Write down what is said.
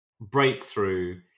breakthrough